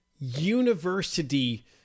University